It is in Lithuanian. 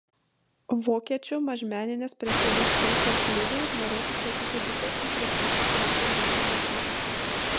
vokiečių mažmeninės prekybos tinklas lidl norėtų statyti didesnį prekybos centrą nei numatyta